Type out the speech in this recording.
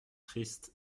tristes